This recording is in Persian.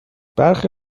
برخی